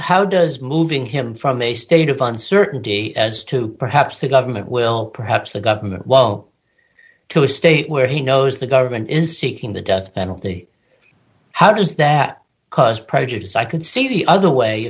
how does moving him from a state of uncertainty as to perhaps the government will perhaps the governor while to a state where he knows the government is seeking the death penalty how does that cause prejudice i could see the other way